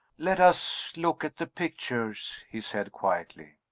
let us look at the pictures, he said, quietly.